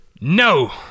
No